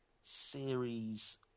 series